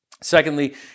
Secondly